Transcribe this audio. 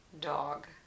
dog